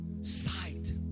sight